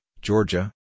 Georgia